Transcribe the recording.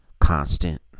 constant